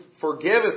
forgiveth